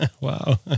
Wow